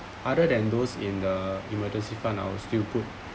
other than those in the emergency fund I will still put